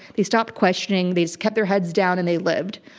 they stopped questioning. they kept their heads down and they lived.